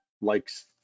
likes